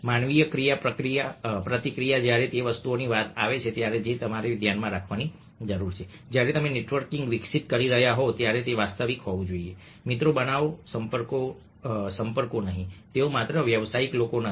માનવીય ક્રિયાપ્રતિક્રિયા જ્યારે તે વસ્તુઓની વાત આવે છે જે તમારે ધ્યાનમાં રાખવાની જરૂર છે જ્યારે તમે નેટવર્કિંગ વિકસિત કરી રહ્યા હોવ ત્યારે તે વાસ્તવિક હોવું જોઈએ મિત્રો બનાવો સંપર્કો નહીં તેઓ માત્ર વ્યવસાયિક લોકો નથી